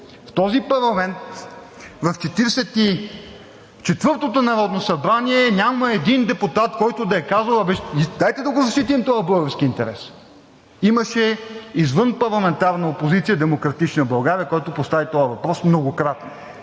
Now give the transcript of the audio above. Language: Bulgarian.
В този парламент, в 44-тото народно събрание няма един депутат, който да е казал: абе дайте да го защитим този български интерес. Имаше извънпарламентарна опозиция – „Демократична България“, която постави този въпрос, многократно.